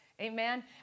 Amen